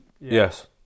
Yes